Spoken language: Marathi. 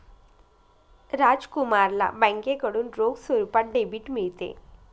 राजकुमारला बँकेकडून रोख स्वरूपात डेबिट मिळते